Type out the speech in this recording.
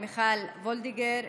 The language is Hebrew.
מיכל וולדיגר,